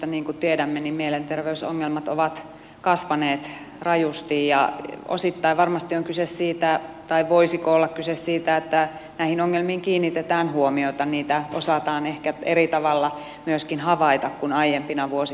niin kuin tiedämme niin mielenterveysongelmat ovat kasvaneet rajusti ja osittain varmasti on kyse siitä tai voisiko olla kyse siitä että näihin ongelmiin kiinnitetään huomiota niitä osataan ehkä eri tavalla myöskin havaita kuin aiempina vuosikymmeninä